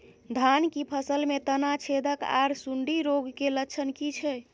धान की फसल में तना छेदक आर सुंडी रोग के लक्षण की छै?